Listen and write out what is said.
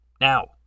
now